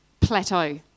plateau